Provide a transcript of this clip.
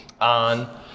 on